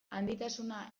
handitasuna